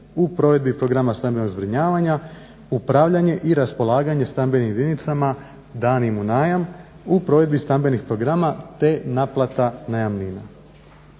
u provedbi Programa stambenog zbrinjavanja, upravljanje i raspolaganje stambenim jedinicama danim u najam, u provedbi stambenih programa, te naplata najamnina.